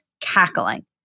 cackling